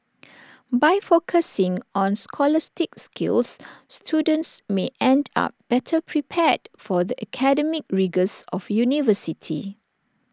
by focusing on scholastic skills students may end up better prepared for the academic rigours of university